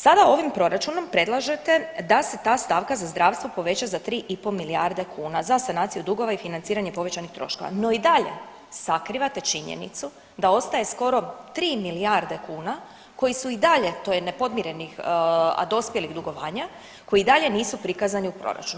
Sada ovim proračunom predlažete da se ta stavka za zdravstvo poveća za 3,5 milijarde kuna za sanaciju dugova i financiranje povećanih troškova no i dalje sakrivate činjenicu da ostaje skoro 3 milijarde kuna, koje su i dalje, to je nepodmirenih, a dospjelih dugovanja, koji i dalje nisu prikazani u proračunu.